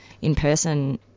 in-person